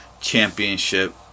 Championship